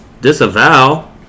Disavow